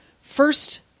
first